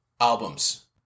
albums